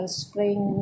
spring